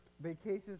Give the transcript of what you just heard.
Vacations